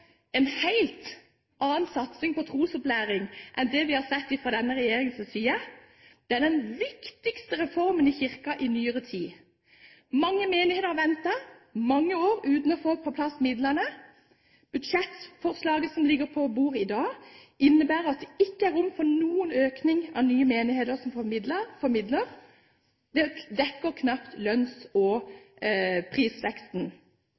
har sett fra denne regjeringens side. Det er den viktigste reformen i kirken i nyere tid. Mange menigheter har ventet i mange år uten å få på plass midlene. Budsjettforslaget som ligger på bordet i dag, innebærer at det ikke er rom for noen økning av nye menigheter som får midler. Det dekker knapt lønns- og prisveksten.